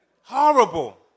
Horrible